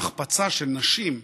ההחפצה של נשים,